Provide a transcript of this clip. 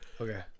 Okay